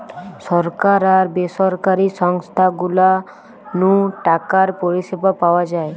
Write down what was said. সরকার আর বেসরকারি সংস্থা গুলা নু টাকার পরিষেবা পাওয়া যায়